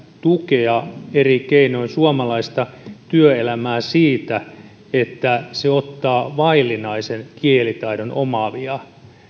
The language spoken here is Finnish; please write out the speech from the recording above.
tukea eri keinoin suomalaista työelämää siinä että se ottaa vaillinaisen kielitaidon omaavia